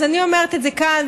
אז אני אומרת את זה כאן,